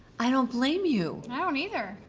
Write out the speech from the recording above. i don't blame you. i don't either.